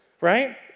right